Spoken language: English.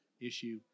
issue